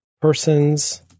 person's